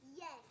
Yes